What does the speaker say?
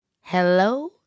Hello